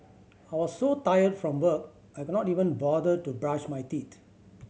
I was so tired from work I could not even bother to brush my teeth